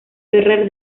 ferrer